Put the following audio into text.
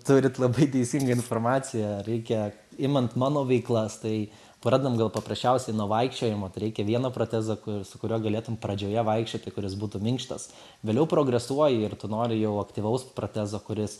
turit labai teisingą informaciją reikia imant mano veiklas tai pradedam gal paprasčiausiai nuo vaikščiojimo tai reikia vieno protezo su kuriuo galėtum pradžioje vaikščioti kuris būtų minkštas vėliau progresuoji ir tu nori jau aktyvaus protezo kuris